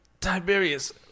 Tiberius